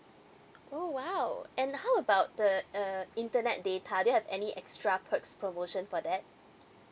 oh !wow! and how about the uh internet data do you have any extra perks promotion for that